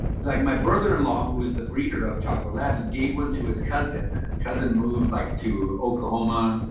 like, my brother in law who is the breeder of chocolate labs, gave one to his cousin and his cousin, moved like to oklahoma,